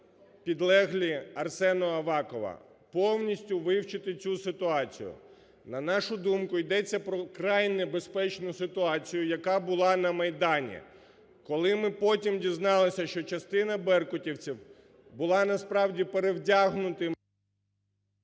підлеглі Арсена Авакова, повністю вивчити цю ситуацію. На нашу думку, ідеться про вкрай небезпечну ситуацію, яка була на Майдані, коли ми потім дізналися, що частина беркутівців була, насправді, перевдягнутим...